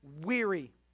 weary